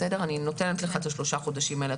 אני נותנת לך את שלושת החודשים האלה,